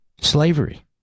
Slavery